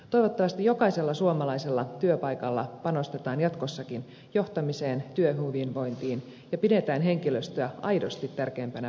toivottavasti jokaisella suomalaisella työpaikalla panostetaan jatkossakin johtamiseen työhyvinvointiin ja pidetään henkilöstöä aidosti tärkeimpänä voimavarana